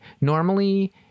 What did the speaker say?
normally